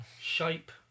shape